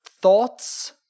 thoughts